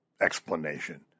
explanation